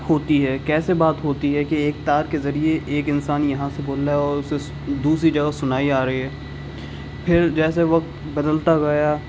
ہوتی ہے کیسے بات ہوتی ہے کہ ایک تار کے ذریعے ایک انسان یہاں سے بول رہا ہے اور اسے دوسری جگہ سنائی آ رہی ہے پھر جیسے وقت بدلتا گیا